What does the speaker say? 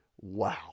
wow